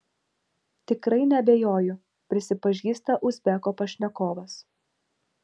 tikrai neabejoju prisipažįsta uzbeko pašnekovas